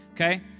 okay